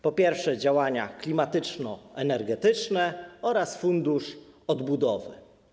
Po pierwsze, działania klimatyczno-energetyczne, po drugie, Fundusz Odbudowy.